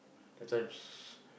that time s~